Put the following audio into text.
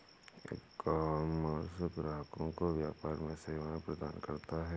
ecommerce ग्राहकों को व्यापार में सेवाएं प्रदान करता है